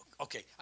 Okay